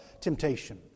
temptation